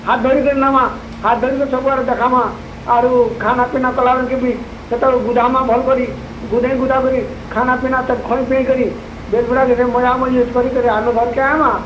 ହାତ୍ ଧରି ଧରି ନମାଁ ହାତ୍ ଧରିକିରି ସବୁଆଡ଼େ ଦେଖାମାଁ ଆରୁ ଖାନାପିନା କଲାବେଲ୍କେ ବି ସେତବେଲ୍କେ ବୁଝାମାଁ ଭଲକରି କରି ଖାନାପିନା ତାକୁ ଖୁଆଇ ପିଆ କରି ବେଲବୁଡ଼ା କେ ମଜା ମଜଲିସ୍ କରିକିରି ଆମେ ଘର୍କେ ଆଇମାଁ